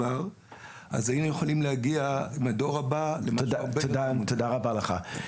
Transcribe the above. היינו יכולים להגיע בדור הבא ל --- תודה רבה לך.